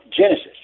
Genesis